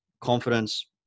confidence